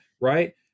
right